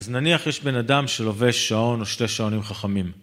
אז נניח יש בן אדם שלובש שעון או שתי שעונים חכמים.